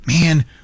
man